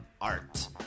art